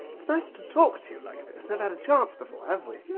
it's nice to talk to you like this. never had a chance before, have we?